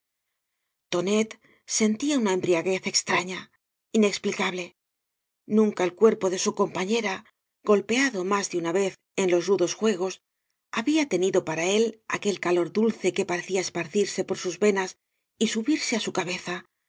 sentía una embriaguez extraña inexplicable nunca el cuerpo de su compañera golpeado más de uoa vez en los rudos juegos había tenido para él aquel calor dulce que parecía esparcirse por sus venas y subirse á su cabeza